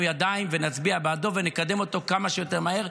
ידיים ונצביע בעדו ונקדם אותו כמה שיותר מהר,